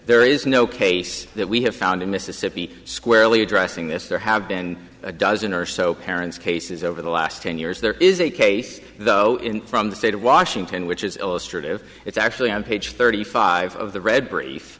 there is no case that we have found in mississippi squarely addressing this there have been a dozen or so parents cases over the last ten years there is a case though in from the state of washington which is illustrated if it's actually on page thirty five of the red brief